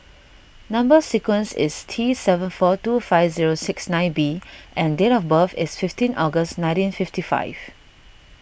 Number Sequence is T seven four two five zero six nine B and date of birth is fifteen August nineteen fifty five